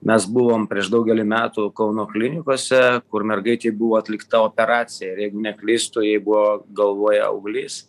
mes buvom prieš daugelį metų kauno klinikose kur mergaitei buvo atlikta operacija ir jeigu neklystu jai buvo galvoje auglys